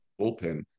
bullpen